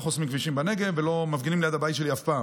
לא חוסמים כבישים בנגב ולא מפגינים ליד הבית שלי אף פעם.